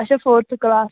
اچھا fourth class